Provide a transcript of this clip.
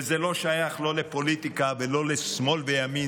זה לא שייך לפוליטיקה ולא לשמאל וימין,